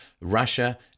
Russia